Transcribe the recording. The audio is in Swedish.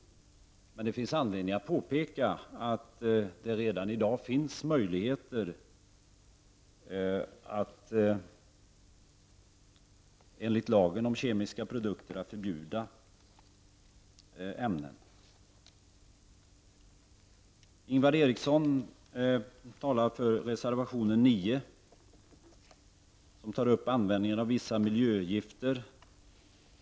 Det finns anledning att påpeka att det redan i dag finns möjligheter att enligt lagen om kemiska produkter förbjuda ämnen. Ingvar Eriksson talar för reservation 9, som tar upp användningen av vissa miljöavgifter.